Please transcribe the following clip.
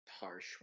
Harsh